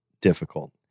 difficult